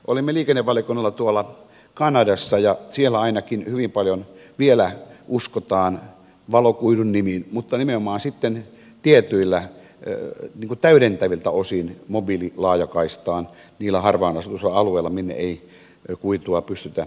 olimme liikennevaliokunnalla tuolla kanadassa ja ainakin siellä hyvin paljon vielä uskotaan valokuidun nimiin mutta nimenomaan sitten tietyiltä täydentäviltä osin mobiililaajakaistaan niillä harvaan asutuilla alueilla minne ei kuitua pystytä vetämään